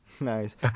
nice